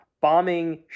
bombing